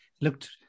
looked